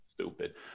Stupid